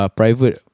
private